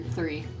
Three